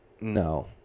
No